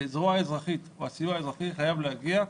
הזרוע האזרחית או הסיוע האזרחי חייב להגיע,